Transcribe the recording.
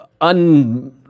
un-